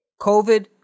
COVID